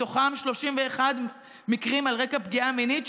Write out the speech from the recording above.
מתוכם 31 מקרים על רקע פגיעה מינית,